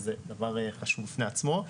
וזה דבר חשוב בפני עצמו.